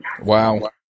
Wow